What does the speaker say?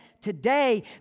today